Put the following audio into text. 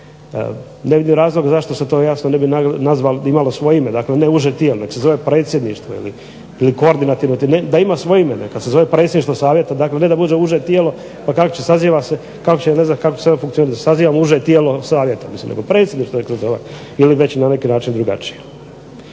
Ne vidim razlog zašto se to ne bi imalo svoje ime, dakle ne uže tijelo, neka se zove predsjedništvo ili koordinativno. Da ima svoje ime, neka se zove predsjedništvo savjeta, dakle ne da bude uže tijelo pa ... /Govornik se ne razumije./ ... sazivam uže tijelo savjeta, predsjedništvo neka se zove ili već na neki drugačiji